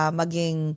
maging